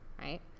right